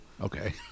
okay